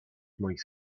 moich